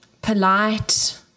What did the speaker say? Polite